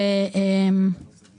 שנפטרה